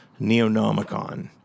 Neonomicon